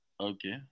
Okay